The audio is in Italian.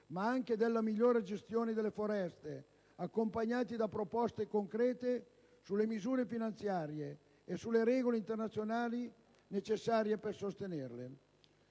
ma anche della migliore gestione delle foreste, accompagnati da proposte concrete sulle misure finanziarie e sulle regole internazionali necessarie per sostenerle.